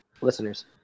listeners